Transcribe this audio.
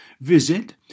Visit